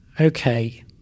okay